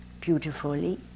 beautifully